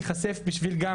הם לא רוצים להיחשף בשביל גם,